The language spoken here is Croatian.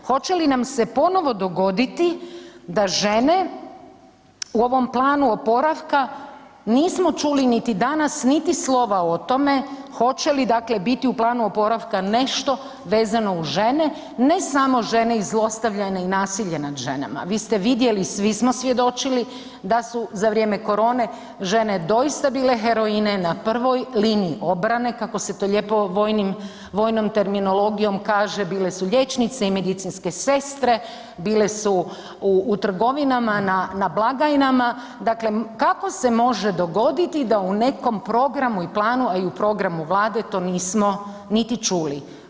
Hoće li nam se ponovo dogoditi da žene u ovom planu oporavka nismo čuli niti danas niti slova o tome, hoće li biti u planu oporavka nešto vezano uz žene, ne samo žene i zlostavljane i nasilje nad ženama, vi ste vidjeli, svi smo svjedočili da su za vrijeme korone žene doista bile heroine na prvoj liniji obrane, kako se to lijepo vojnom terminologijom kaže, bile su liječnice i medicinske sestre, bile su u trgovinama na blagajnama, dakle kako se može dogoditi da u nekim programu i planu, a i u programu Vlade to nismo niti čuli?